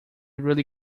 really